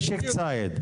נשק ציד.